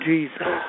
Jesus